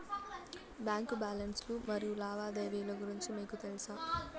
Bank balance లు మరియు లావాదేవీలు గురించి మీకు తెల్సా?